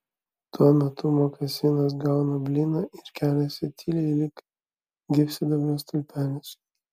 tuo metu mokasinas gauna blyną ir keliasi tyliai lyg gyvsidabrio stulpelis